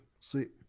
Sweet